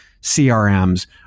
CRMs